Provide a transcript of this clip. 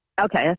Okay